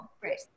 Great